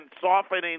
softening